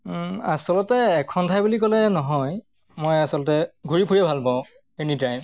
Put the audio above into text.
আচলতে এখন ঠাই বুলি ক'লে নহয় মই আচলতে ঘূৰি ফুৰিয়ে ভালপাওঁ এনিটাইম